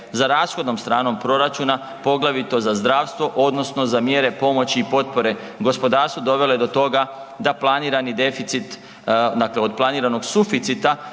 za rashodnom stranom proračuna, poglavito za zdravstvo, odnosno za mjere pomoći i potpore gospodarstvu, dovele do toga da planirani deficit, dakle od planiranog suficita